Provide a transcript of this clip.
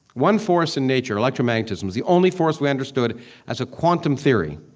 one force in nature. electromagnetism was the only force we understood as a quantum theory.